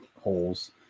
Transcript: holes